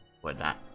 whatnot